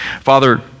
Father